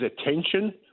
attention